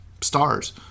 stars